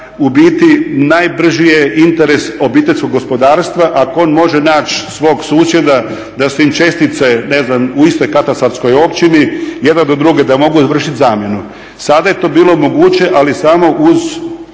u biti najbrži je interes OPG-a ako on može naći svog susjeda da su im čestice, ne znam u istoj katastarskoj općini jedna do druge da mogu vršiti zamjenu. Sada je to bilo moguće ali samo uz